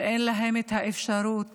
שאין להם את האפשרות